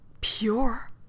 pure